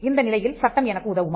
இந்த நிலையில் சட்டம் எனக்கு உதவுமா